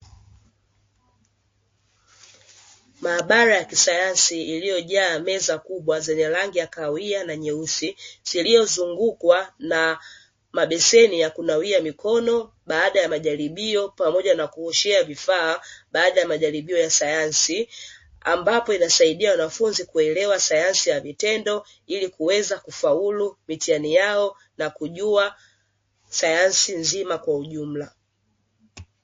Maabara ya kisayansi iliyojaa meza kubwa zenye rangi ya kahawia na nyeusi zilizozungukwa na mabeseni ya kunawia mikono baada ya majaribio pamoja na kuoshea vifaa baada ya majaribio ya sayansi. Ambapo inasaidia wanafunzi kuelewa sayansi ya vitendo ili kuweza kufaulu mitihani yao na kujua sayansi nzima kwa ujumla.